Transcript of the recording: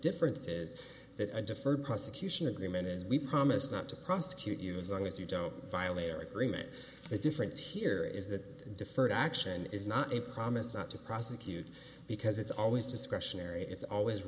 difference is that a deferred prosecution agreement is we promise not to prosecute use and if you don't violate our agreement the difference here is that deferred action is not a promise not to prosecute because it's always discretionary it's always